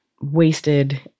wasted